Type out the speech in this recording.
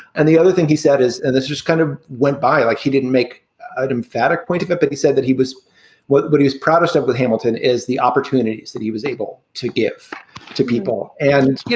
and the other thing he said is and this just kind of went by like he didn't make an emphatic point of it, but, but he said that he was what what he is proudest of with hamilton is the opportunities that he was able to give to people. and, you